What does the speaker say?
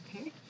okay